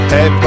Hey